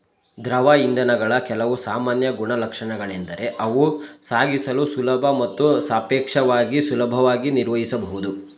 ದ್ರವ ಇಂಧನಗಳ ಕೆಲವು ಸಾಮಾನ್ಯ ಗುಣಲಕ್ಷಣಗಳೆಂದರೆ ಅವು ಸಾಗಿಸಲು ಸುಲಭ ಮತ್ತು ಸಾಪೇಕ್ಷವಾಗಿ ಸುಲಭವಾಗಿ ನಿರ್ವಹಿಸಬಹುದು